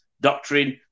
doctrine